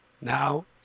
Now